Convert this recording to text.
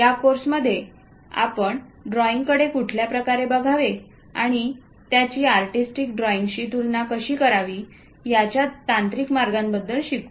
या कोर्समध्ये आपण ड्रॉईंग कडे कुठल्या प्रकारे बघावे आणि त्याची आर्टिस्टिक ड्रॉईंगशी तुलना कशी करावी याच्या तांत्रिक मार्गाबद्दल शिकू